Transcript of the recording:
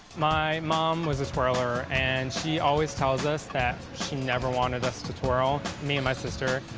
my mom was a twirler, and she always tells us that she never wanted us to twirl, me and my sister,